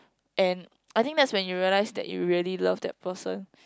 and I think that's when you realised that you really loved that person